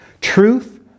truth